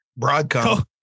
Broadcom